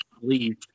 leave